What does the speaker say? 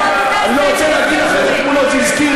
ואני רואה איך נחלצתם "לסייע"